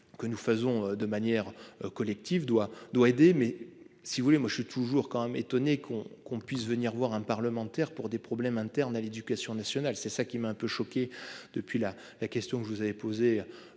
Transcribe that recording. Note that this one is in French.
que nous faisons de manière collective doit doit aider mais si vous voulez, moi je suis toujours quand même étonnée qu'on qu'on puisse venir voir un parlementaire pour des problèmes internes à l'éducation nationale, c'est ça qui m'a un peu choquée depuis la la question que vous avez posée